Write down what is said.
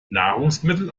nahrungsmittel